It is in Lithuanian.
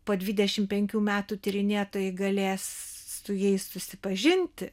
po dvidešimt penkių metų tyrinėtojai galės su jais susipažinti